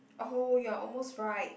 oh you're almost right